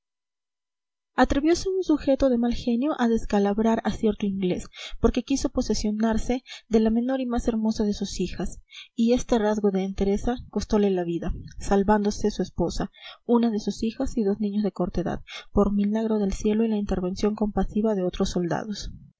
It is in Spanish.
atreviose un sujeto de mal genio a descalabrar a cierto inglés porque quiso posesionarse de la menor y más hermosa de sus hijas y este rasgo de entereza costole la vida salvándose su esposa una de sus hijas y dos niños de corta edad por milagro del cielo y la intervención compasiva de otros soldados